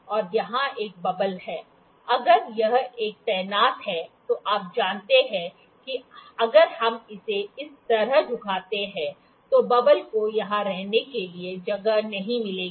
और यहां एक बबल है अगर यह एक तैनात है तो आप जानते हैं कि अगर हम इसे इस तरह झुकाते हैं तो बबल को यहां रहने के लिए जगह नहीं मिलेगी